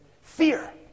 Fear